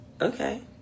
Okay